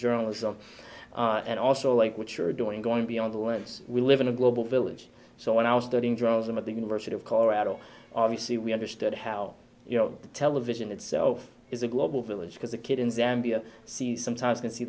journalism and also like what you're doing going beyond the way we live in a global village so when i was studying journalism at the university of colorado obviously we understood how you know television itself is a global village because a kid in zambia sees sometimes can see